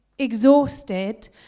exhausted